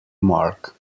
mark